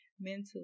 mentally